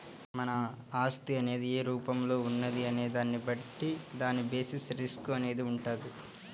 మన ఆస్తి అనేది ఏ రూపంలో ఉన్నది అనే దాన్ని బట్టి దాని బేసిస్ రిస్క్ అనేది వుంటది